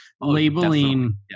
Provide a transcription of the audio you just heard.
labeling